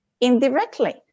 indirectly